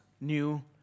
new